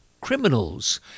criminals